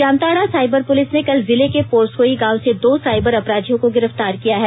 Jamtara cyber police ने कल जिले के पोरसोई गांव से दो साइबर अपराधियों को गिरफ्तार किया है